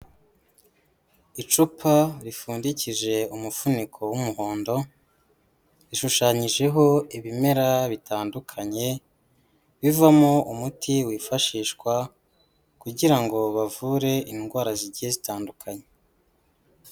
Icupa ripfundikije umufuniko w'umuhondo. Rishushanyijeho ibimera bitandukanye bivamo umuti wifashishwa kugira ngo bavure indwara zigiye zitandukanye.